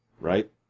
right